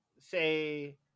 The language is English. say